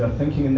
and thank you.